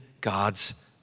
God's